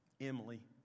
Emily